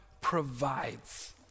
provides